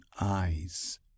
eyes